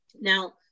Now